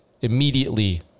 immediately